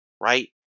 right